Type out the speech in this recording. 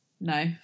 No